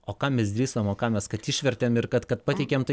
o ką mes drįsom ką mes kad išvertėm ir kad kad pateikėm tai